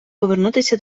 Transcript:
повернутися